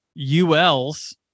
ULs